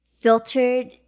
filtered